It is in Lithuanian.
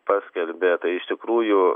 paskelbė tai iš tikrųjų